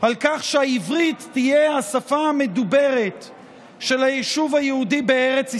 על כך שהעברית תהיה השפה המדוברת של היישוב היהודי בארץ ישראל,